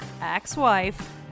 ex-wife